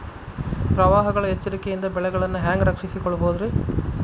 ಪ್ರವಾಹಗಳ ಎಚ್ಚರಿಕೆಯಿಂದ ಬೆಳೆಗಳನ್ನ ಹ್ಯಾಂಗ ರಕ್ಷಿಸಿಕೊಳ್ಳಬಹುದುರೇ?